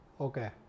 Okay